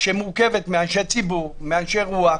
שמורכבת מאנשי ציבור, מאנשי רוח,